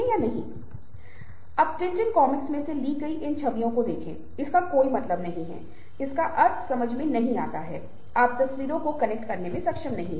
उदाहरण के लिए अगर मैं कुछ संस्कृतियों में इस तरह का संकेत देता हूं तो इसका मतलब 0 हो सकता है और कुछ अन्य संस्कृतियों में इसका मतलब सराहना का इशारा हो सकता है